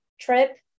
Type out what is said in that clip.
trip